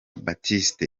baptiste